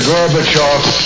Gorbachev